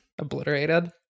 Obliterated